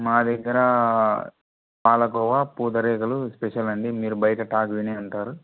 మా దగ్గర పాలకోవా పూతరేకులు స్పెషల్ అండి మీరు బయట టాక్ వినే ఉంటారు